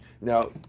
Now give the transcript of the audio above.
Now